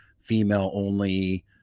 female-only